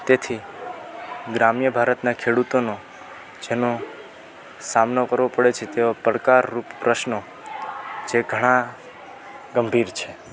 તેથી ગ્રામ્ય ભારતનાં ખેડૂતોનો જેનો સામનો કરવો પડે છે તેઓ પડકારરૂપ પ્રશ્નો જે ઘણા ગંભીર છે